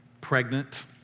pregnant